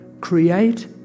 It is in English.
Create